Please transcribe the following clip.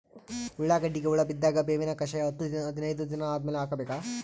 ಉಳ್ಳಾಗಡ್ಡಿಗೆ ಹುಳ ಬಿದ್ದಾಗ ಬೇವಿನ ಕಷಾಯ ಹತ್ತು ಹದಿನೈದ ದಿನ ಆದಮೇಲೆ ಹಾಕಬೇಕ?